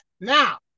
Now